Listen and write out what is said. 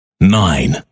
nine